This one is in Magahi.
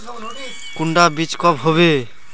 कुंडा बीज कब होबे?